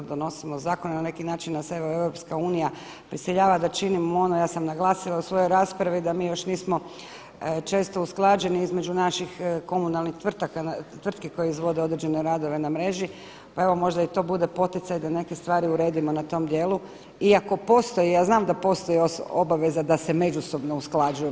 Donosimo zakone nas evo EU prisiljava da činimo ono, ja sam naglasila u svojoj raspravi da mi još nismo često usklađeni između naših komunalnih tvrtki koje izvode određene radove na mreži, pa evo možda i to bude poticaj da neke stvari uredimo na tom djelu iako postoji, ja znam da postoji obaveza da se međusobno usklađujemo.